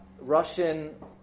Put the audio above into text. Russian